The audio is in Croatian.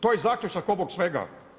To je zaključak ovog svega.